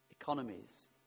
economies